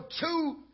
two